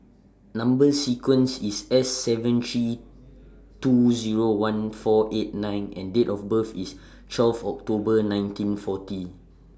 Number sequence IS S seven three two Zero one four eight nine and Date of birth IS twelve October nineteen forty